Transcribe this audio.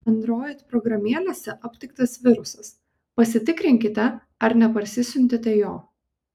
android programėlėse aptiktas virusas pasitikrinkite ar neparsisiuntėte jo